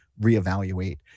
reevaluate